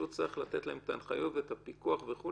והוא זה שצריך לתת להם את ההנחיות והפיקוח וכו'?